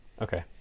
Okay